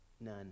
None